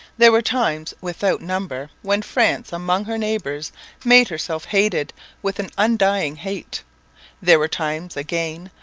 there were times without number when france among her neighbours made herself hated with an undying hate there were times, again,